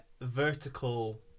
vertical